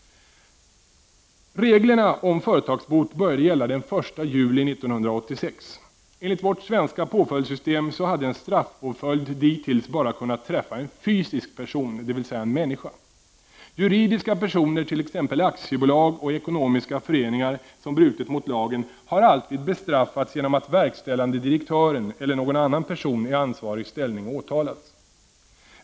Reglerna om företagsbot började gälla den första juli 1986. Enligt vårt svenska påföljdssystem hade en straffpåföljd dittills bara kunnat träffa en fysisk person, dvs. en människa. Juridiska personer, t.ex. aktiebolag eller ekonomiska föreningar som brutit mot lagen, har alltid bestraffats genom att verkställande direktören eller någon annan person i ansvarig ställning åtalats.